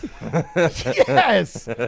Yes